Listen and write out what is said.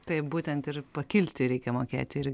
taip būtent ir pakilti reikia mokėti ir